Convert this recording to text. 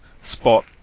spot